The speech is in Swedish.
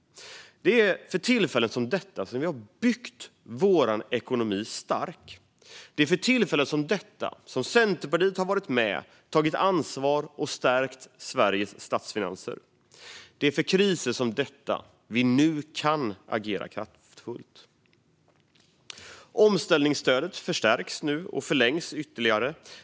Det är för tillfällen som detta som vi har byggt vår ekonomi stark. Det är för tillfällen som detta som Centerpartiet har varit med, tagit ansvar och stärkt Sveriges statsfinanser. Det är i kriser som denna vi nu kan agera kraftfullt. Omställningsstödet förstärks nu och förlängs ytterligare.